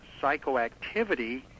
psychoactivity